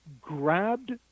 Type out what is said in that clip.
grabbed